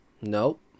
Nope